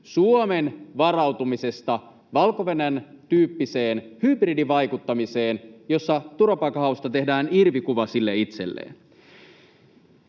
Suomen varautumisesta Valko-Venäjän tyyppiseen hybridivaikuttamiseen, jossa turvapaikanhausta tehdään irvikuva sille itselleen.